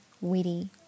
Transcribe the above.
witty